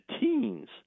teens